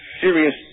serious